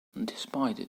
despite